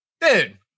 Dude